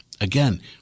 again